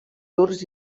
durs